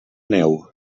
neu